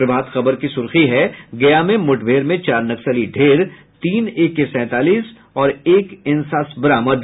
प्रभात खबर की सुर्खी है गया में मुठभेड़ में चार नक्सली ढेर तीन एके सैंतालीस व एक इंसास बरामद